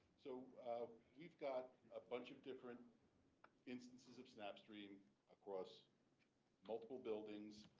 so we've got a bunch of different instances of snapstream across multiple buildings